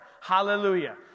hallelujah